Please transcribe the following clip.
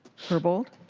herbold.